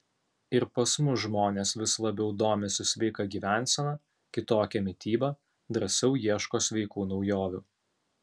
ir pas mus žmonės vis labiau domisi sveika gyvensena kitokia mityba drąsiau ieško sveikų naujovių